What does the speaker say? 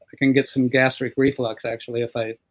i can get some gastric reflux actually if i